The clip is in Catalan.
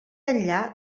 enllà